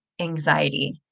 anxiety